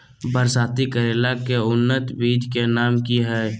बरसाती करेला के उन्नत बिज के नाम की हैय?